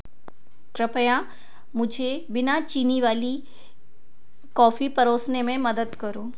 कृपया मुझे बिना चीनी वाली कॉफ़ी परोसने में मदद करो